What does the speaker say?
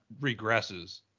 regresses